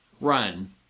Run